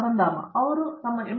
ಅರಂದಾಮ ಸಿಂಗ್ ಸರಿ ಒಮ್ಮೆ ಅವರು ತಮ್ಮ ಎಂ